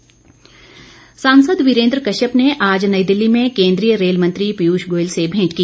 वीरेन्द्र कश्यप सांसद वीरेंद्र कश्यप ने आज नई दिल्ली में केंद्रीय रेल मंत्री पीयूष गोयल से भेंट की